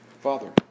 Father